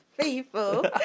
People